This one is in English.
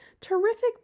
terrific